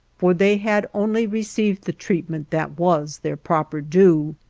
for they had only received the treatment that was their proper due.